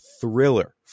thriller